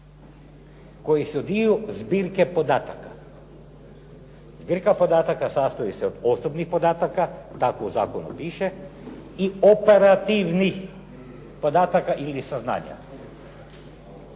koji su dio zbirke podataka? Zbirka podataka sastoji se od osobnih podataka, tako u zakonu piše i operativnih podataka ili saznanja.